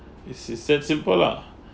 it is same simple lah